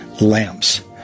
lamps